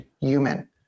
human